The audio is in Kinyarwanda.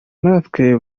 natwe